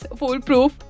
foolproof